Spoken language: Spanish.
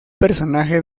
personaje